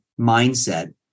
mindset